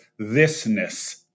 thisness